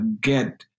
get